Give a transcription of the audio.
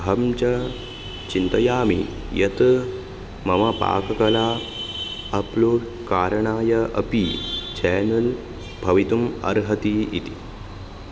अहं च चिन्तयामि यत् मम पाककला अप्लोड् कारणाय अपि चानल् भवितुं अर्हति इति